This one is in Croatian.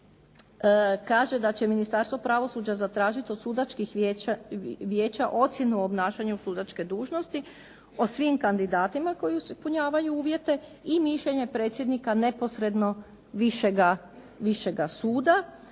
kaže da će Ministarstvo pravosuđa zatražiti od sudačkih vijeća ocjenu o obnašanju sudačke dužnosti o svim kandidatima koji ispunjavaju uvjete i mišljenje predsjednika neposredno višega suda.